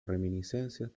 reminiscencias